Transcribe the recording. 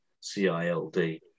C-I-L-D